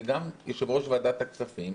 זה גם יושב-ראש ועדת הכספים,